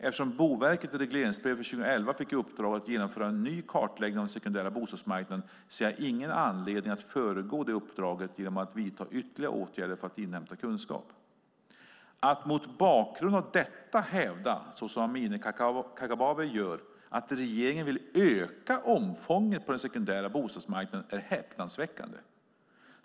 Eftersom Boverket i regleringsbrevet för 2011 fick i uppdrag att genomföra en ny kartläggning av den sekundära bostadsmarknaden ser jag ingen anledning att föregå det uppdraget genom att vidta ytterligare åtgärder för att inhämta kunskap. Att mot bakgrund av detta hävda, såsom Amineh Kakabaveh gör, att regeringen vill öka omfånget på den sekundära bostadsmarknaden är häpnadsväckande.